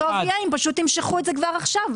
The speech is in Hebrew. -- וטוב יהיה אם פשוט תמשכו את זה כבר עכשיו.